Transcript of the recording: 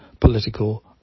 political